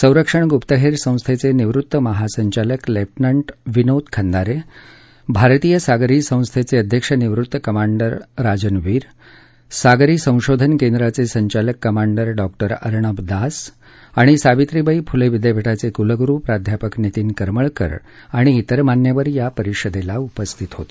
संरक्षण गुप्तहेर संस्थेचे निवृत्त महासंचालक लेफ्टनंट विनोद खंदारे भारतीय सागरी संस्थेचे अध्यक्ष निवृत्त कमांडर राजन वीर सागरी संशोधन केंद्राचे संचालक कमांडर डॉक्टर अर्णब दास आणि सावित्रीबाई फुले विद्यापीठाचे कुलग्रु प्राध्यपक नितीन करमळकर आणि इतर मान्यवर या परिषदेला उपस्थित होते